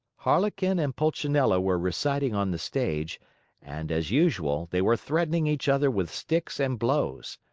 harlequin and pulcinella were reciting on the stage and, as usual, they were threatening each other with sticks and blows.